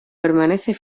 permanece